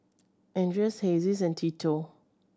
Andreas Hezzie and Tito